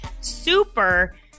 super